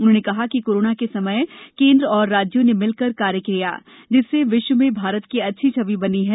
उन्होंने कहा कि कोरोना के समय केंद्र और राज्यों ने मिलकर कार्य कियाए जिससे विश्व में भारत की अच्छी छवि बनी है